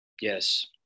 Yes